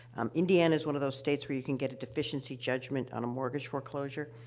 um, indiana is one of those states where you can get a deficiency judgment on a mortgage foreclosure,